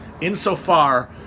insofar